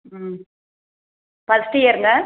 ம் ஃபர்ஸ்ட் இயர்ங்க